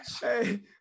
Hey